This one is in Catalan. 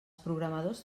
programadors